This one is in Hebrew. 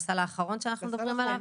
זה הסל האחרון שאנחנו מדברים עליו?